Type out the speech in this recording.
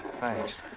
Thanks